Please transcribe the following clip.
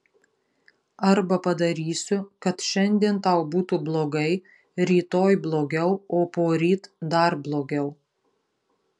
arba padarysiu kad šiandien tau būtų blogai rytoj blogiau o poryt dar blogiau